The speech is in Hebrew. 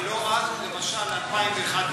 למה עד ולא עד למשל 2011?